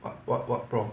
what what what prompt